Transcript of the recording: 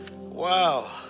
Wow